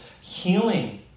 healing